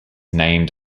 named